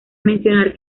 mencionar